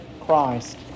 Christ